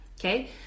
Okay